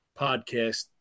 podcast